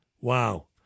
Wow